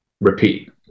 repeat